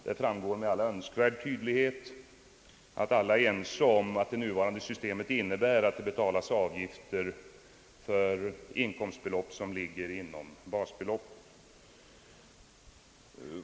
Därav framgår med all önskvärd tydlighet att alla är överens om att det nuvarande systemet innebär att det betalas avgifter för inkomstbelopp som ligger inom basbeloppet.